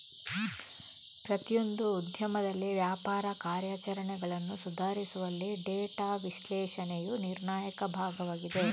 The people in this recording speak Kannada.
ಪ್ರತಿಯೊಂದು ಉದ್ಯಮದಲ್ಲಿ ವ್ಯಾಪಾರ ಕಾರ್ಯಾಚರಣೆಗಳನ್ನು ಸುಧಾರಿಸುವಲ್ಲಿ ಡೇಟಾ ವಿಶ್ಲೇಷಣೆಯು ನಿರ್ಣಾಯಕ ಭಾಗವಾಗಿದೆ